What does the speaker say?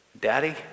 Daddy